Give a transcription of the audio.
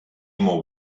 more